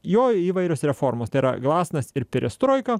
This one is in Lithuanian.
jo įvairios reformos tai yra glasnost ir perestroika